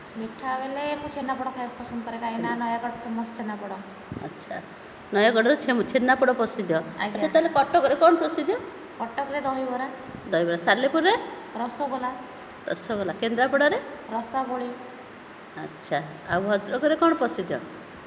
ମିଠା ହେଲେ ମୁଁ ଛେନାପୋଡ଼ ଖାଇବାକୁ ପସନ୍ଦ କରେ କାହିଁକିନା ନୟାଗଡ଼ ଫେମସ୍ ଛେନାପୋଡ଼ ଆଚ୍ଛା ନୟାଗଡ଼ର ଛେନାପୋଡ଼ ପ୍ରସିଦ୍ଧ ଆଜ୍ଞା ତାହେଲେ କଟକରେ କ'ଣ ପ୍ରସିଦ୍ଧ କଟକରେ ଦହିବରା ଦହିବରା ସାଲେପୁରରେ ରସଗୋଲା ରସଗୋଲା କେନ୍ଦ୍ରାପଡ଼ାରେ ରସାବଳୀ ଆଚ୍ଛା ଆଉ ଭଦ୍ରକରେ କ'ଣ ପ୍ରସିଦ୍ଧ